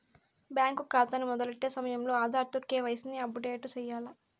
bank కాతాని మొదలెట్టే సమయంలో ఆధార్ తో కేవైసీని అప్పుడేటు సెయ్యాల్ల